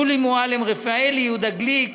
שולי מועלם-רפאלי, יהודה גליק,